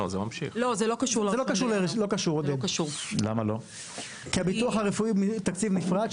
זה לא קשור כי הביטוח הרפואי הוא מתקציב נפרד.